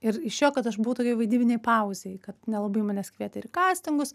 ir išėjo kad aš buvau tokioj vaidybinėj pauzėj kad nelabai manęs kvietė ir kastingus